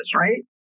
right